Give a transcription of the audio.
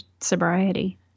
sobriety